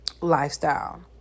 lifestyle